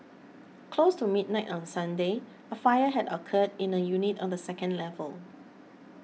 close to midnight on Sunday a fire had occurred in a unit on the second level